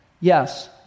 yes